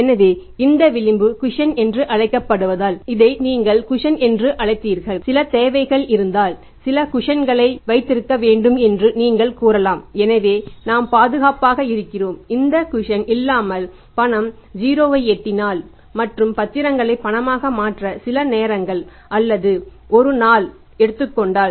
எனவே இந்த விளிம்பு குஷன் இல்லாமல் பணம் 0 ஐ எட்டினால் மற்றும் பத்திரங்களை பணமாக மாற்ற சில மணிநேரங்கள் அல்லது ஒரு நாள் எடுத்துக்கொண்டால்